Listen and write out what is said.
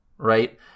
Right